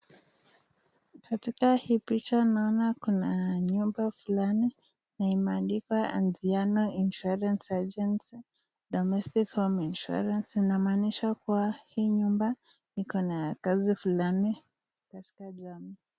Katika hii picha naona kuna nyumba fulani na imeandikwa Adriano Insurance Agency Domestic Home Insurance, inamaanisha kuwa hii nyumba iko na kazi fulani katika jamii.